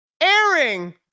airing